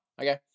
Okay